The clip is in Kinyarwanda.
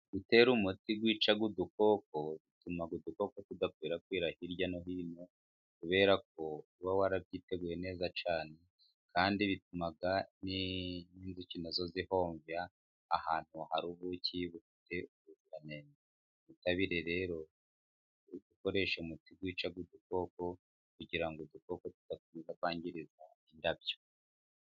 Gutera umuti wica udukoko bituma udukoko tudakwirakwira hirya no hino, kubera ko uba warabyiteguye neza cyane, kandi bituma n'inzuki na zo zihovya ahantu hari ubuki bufite ubuziranenge, twitabire rero gukoresha umuti wica udukoko kugira ngo udukoko tudakomeza kwangiriza indabyo.